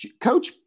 coach